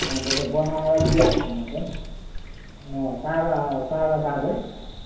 अन्त त्यो बनाएर दिइहाल्छु म त ताजा ताजा ताजै